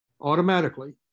automatically